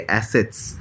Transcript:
assets